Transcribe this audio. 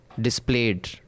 displayed